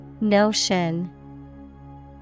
Notion